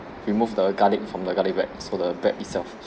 remove the garlic from the garlic bread so the bread itself